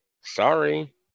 sorry